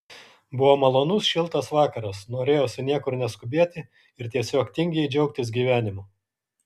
buvo malonus šiltas vakaras norėjosi niekur neskubėti ir tiesiog tingiai džiaugtis gyvenimu